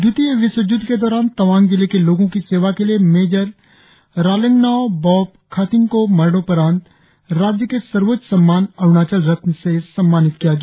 द्वितीय विश्व य्द्व के दौरान तवांग जिले के लोगों की सेवा के लिए मेजर रालेंगनाव बॉब खाथिंग को मरणोपरांत राज्य के सर्वोच्च सम्मान अरुणाचल रत्न से सम्मानित किया गया